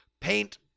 paint